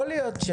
יכול להיות.